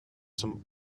some